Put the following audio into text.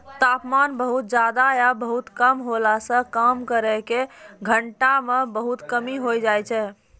तापमान बहुत ज्यादा या बहुत कम होला सॅ काम करै के घंटा म बहुत कमी होय जाय छै